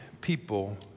people